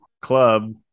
club